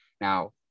Now